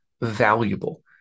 valuable